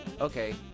Okay